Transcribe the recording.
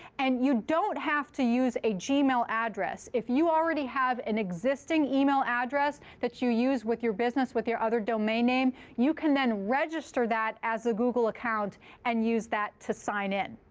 and you don't have to use a gmail address. if you already have an existing email address that you use with your business with your other domain name, you can then register that as a google account and use that to sign in.